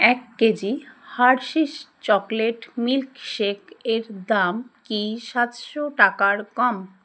এক KG Hershey's chocolate milk shake এর দাম কি সাতশো টাকার কম